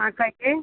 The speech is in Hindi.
हाँ कहिए